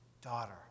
Daughter